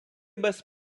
без